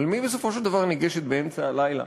אבל מי בסופו של דבר ניגשת באמצע הלילה